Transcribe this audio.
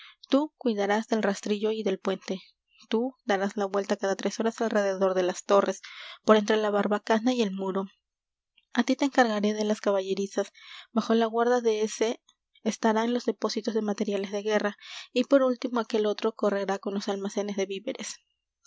tú cuidarás del rastrillo y del puente tú darás vuelta cada tres horas alrededor de las torres por entre la barbacana y el muro á ti te encargaré de las caballerizas bajo la guarda de ése estarán los depósitos de materiales de guerra y por último aquel otro correrá con los almacenes de víveres